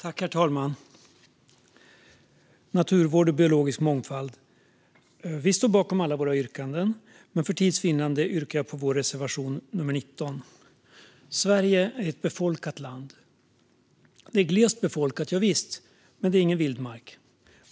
Herr talman! Vi står bakom alla våra yrkanden, men för tids vinnande yrkar jag bifall endast till vår reservation nummer l9. Sverige är ett befolkat land. Det är ett glest befolkat, javisst, men det är ingen vildmark.